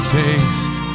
taste